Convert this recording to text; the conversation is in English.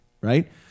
right